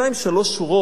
שלוש שורות